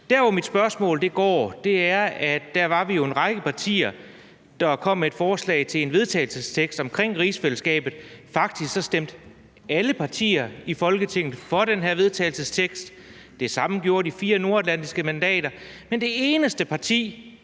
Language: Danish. valg. Mit spørgsmål går på, at vi da var en række partier, der kom med et forslag til vedtagelse om rigsfællesskabet, og faktisk stemte alle partier i Folketinget for det her forslag til vedtagelse, og det samme gjorde de fire nordatlantiske mandater, men det eneste parti,